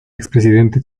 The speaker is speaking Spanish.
expresidente